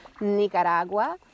Nicaragua